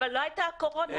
אבל לא הייתה הקורונה.